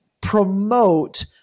promote